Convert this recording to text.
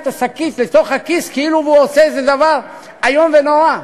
את השקית לתוך הכיס כאילו הוא עושה איזה דבר איום ונורא.